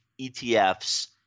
ETFs